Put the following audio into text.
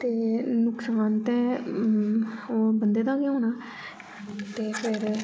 ते नुकसान ते ओह् बन्दे दा गै होना ते फिर